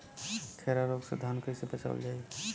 खैरा रोग से धान कईसे बचावल जाई?